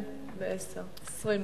אם